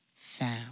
found